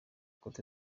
cote